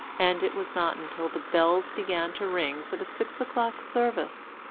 and it was not until the bells began to ring for the six o'clock service,